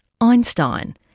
Einstein